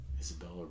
isabella